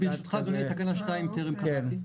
ברשותך, אדוני, את תקנה 2 טרם קראתי.